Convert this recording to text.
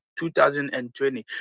2020